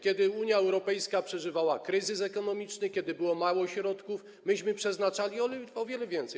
Kiedy Unia Europejska przeżywała kryzys ekonomiczny, kiedy było mało środków, myśmy przeznaczali o wiele więcej.